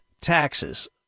taxes